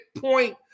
point